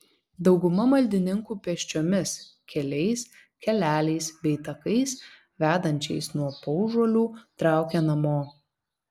dauguma maldininkų pėsčiomis keliais keleliais bei takais vedančiais nuo paužuolių traukia namo